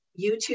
YouTube